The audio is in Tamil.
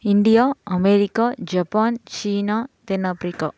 இண்டியா அமெரிக்கா ஜப்பான் சீனா தென் ஆப்ரிக்கா